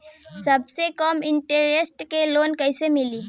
सबसे कम इन्टरेस्ट के लोन कइसे मिली?